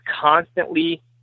constantly